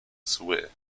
zły